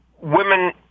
women